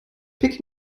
peking